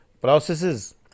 processes